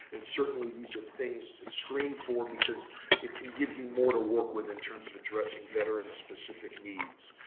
and certainly, these are things to screen for, because it can give you more to work with in terms of addressing veterans' specific needs.